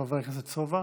חבר הכנסת סובה.